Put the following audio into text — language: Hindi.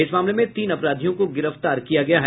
इस मामले में तीन अपराधियों को गिरफ्तार किया गया है